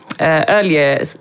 earlier